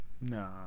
no